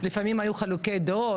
לפעמים היו חילוקי דעות,